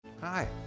Hi